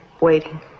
waiting